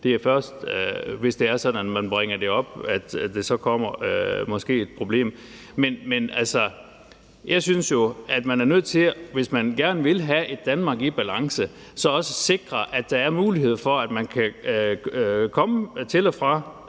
at det først er, hvis det er sådan, at man bringer det op, at der så måske kommer et problem. Men jeg synes jo, at man, hvis man gerne vil have et Danmark i balance, så også er nødt til at sikre, at der er en mulighed for, at man kan komme til og fra